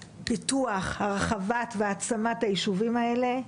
פיתוח, הרחבת והעצמת היישובים האלה.